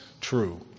true